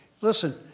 Listen